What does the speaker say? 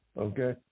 Okay